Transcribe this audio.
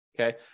Okay